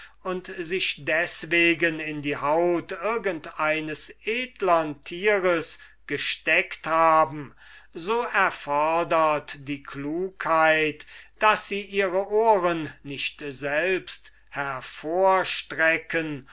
und sich deswegen in die haut irgend eines edlern tieres gesteckt haben so erfodert die klugheit daß sie ihre ohren nicht selbst